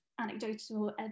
anecdotal